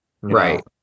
Right